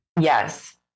Yes